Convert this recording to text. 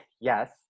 Yes